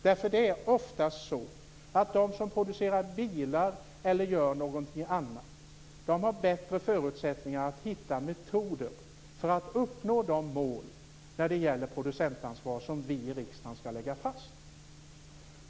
Det är ofta så att de som producerar bilar eller någonting annat har bättre förutsättningar att hitta metoder för att uppnå de mål för producentansvar som vi i riksdagen skall lägga fast.